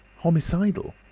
homicidal!